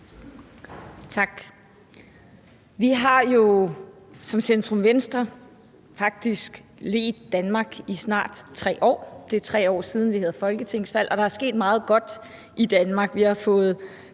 Tak. Vi har jo som centrum-venstre faktisk ledt Danmark i snart 3 år. Det er, 3 år siden vi havde folketingsvalg, og der er sket meget godt i Danmark. Vi har fået